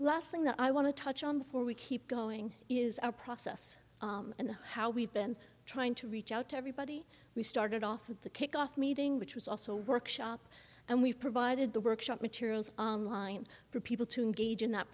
last thing that i want to touch on for we keep going is our process and how we've been trying to reach out to everybody we started off with the kick off meeting which was also a workshop and we've provided the workshop materials on line for people to engage in that